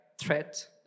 threat